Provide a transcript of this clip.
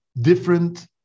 different